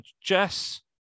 Jess